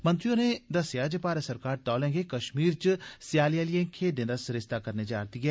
मंत्री होरे दस्सेया जे भारत सरकार तौले गै कश्मीर च स्याले आलियें खेड्डें दा सरिस्ता करने जा रदी ऐ